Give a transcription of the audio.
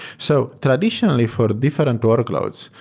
so traditionally, for different workloads,